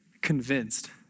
convinced